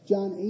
John